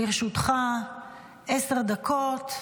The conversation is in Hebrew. לרשותך עשר דקות.